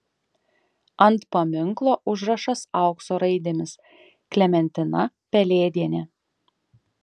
ant paminklo užrašas aukso raidėmis klementina pelėdienė